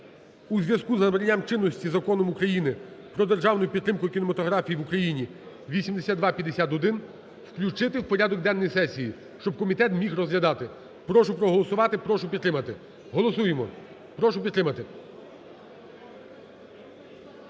у зв'язку з набранням чинності Законом України "Про державну підтримку кінематографії в Україні" (8251) включити в порядок денний сесії, щоб комітет міг розглядати. Прошу проголосувати. Прошу підтримати. Голосуємо. Прошу підтримати.